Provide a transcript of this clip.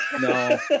No